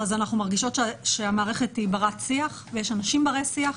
אנחנו מרגישות שהמערכת היא בת שיח ויש אנשים ברי שיח.